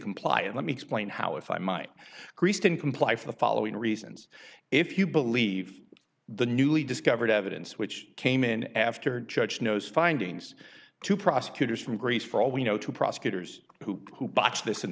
comply and let me explain how if i might kristen comply for the following reasons if you believe the newly discovered evidence which came in after judge knows findings to prosecutors from greece for all we know to prosecutors who botched this in